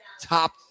top